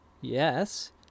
Yes